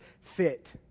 fit